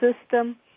system